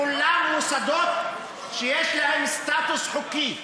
כולן מוסדות שיש להם סטטוס חוקי,